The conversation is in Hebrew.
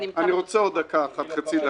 אני רוצה עוד חצי דקה.